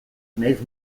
nahiz